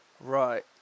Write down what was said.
Right